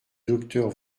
docteur